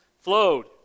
flowed